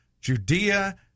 Judea